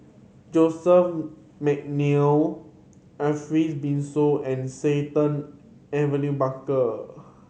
Joseph McNally Ariff Bongso and Sultan Abu New Bakar